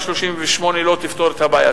תמ"א 38 לא תפתור את הבעיה.